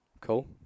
Cool